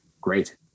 Great